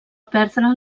perdre